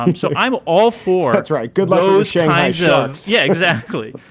um so i'm all for. that's right. good. those yeah guys. yeah yeah, exactly.